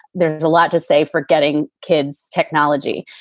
there's a lot to say for getting kids technology,